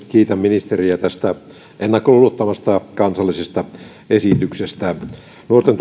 kiitän ministeriä tästä ennakkoluulottomasta kansallisesta esityksestä nuorten